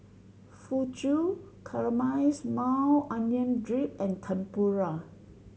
Fugu Caramelized Maui Onion Dip and Tempura